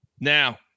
Now